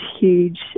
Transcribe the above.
huge